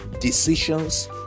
decisions